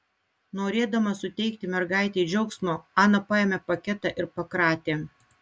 norėdama suteikti mergaitei džiaugsmo ana paėmė paketą ir pakratė